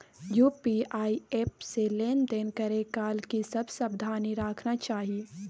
UPI app से लेन देन करै काल की सब सावधानी राखना चाही?